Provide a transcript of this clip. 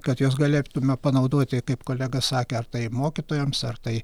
kad juos galėtume panaudoti kaip kolega sakė ar tai mokytojams ar tai